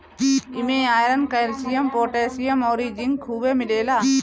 इमे iron, calcium, potassium अउरी zinc खुबे मिलेला